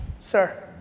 Sir